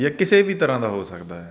ਜਾਂ ਕਿਸੇ ਵੀ ਤਰ੍ਹਾਂ ਦਾ ਹੋ ਸਕਦਾ